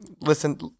listen